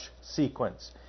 sequence